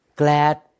Glad